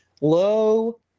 low